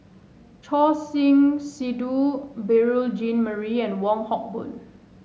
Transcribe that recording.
Choor Singh Sidhu Beurel Jean Marie and Wong Hock Boon